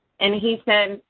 and he said,